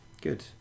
good